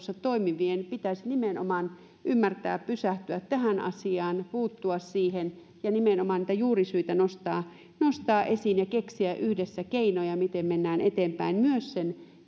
työllisyyspalveluissa toimivien pitäisi ymmärtää pysähtyä tähän asiaan ja puuttua siihen ja nimenomaan niitä juurisyitä nostaa nostaa esiin ja keksiä yhdessä keinoja miten mennään eteenpäin myös sen